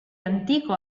antico